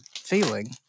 feeling